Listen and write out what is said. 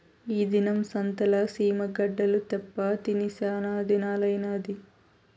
ఈ దినం సంతల సీమ గడ్డలు తేప్పా తిని సానాదినాలైనాది